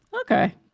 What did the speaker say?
Okay